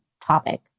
topic